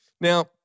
Now